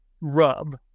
rub